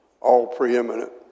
all-preeminent